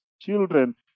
children